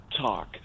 talk